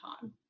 time